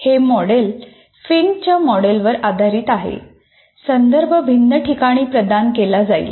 हे मॉडेल फिंकच्या मॉडेलवर आधारित आहे संदर्भ भिन्न ठिकाणी प्रदान केला जाईल